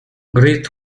great